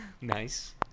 Nice